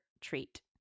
treat